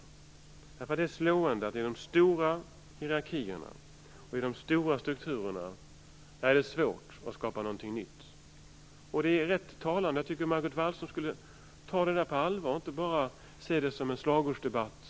Det är nämligen slående att det i de stora hierarkierna och i de stora strukturerna är svårt att skapa någonting nytt. Margot Wallström borde ta den här frågan på allvar och inte bara se detta som en slagordsdebatt.